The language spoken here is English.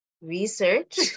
research